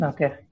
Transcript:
Okay